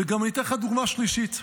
ואני אתן לך גם דוגמה שלישית.